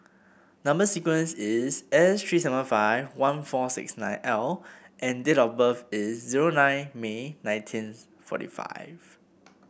number sequence is S three seven five one four six nine L and date of birth is zero nine May nineteenth forty five